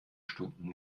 stunden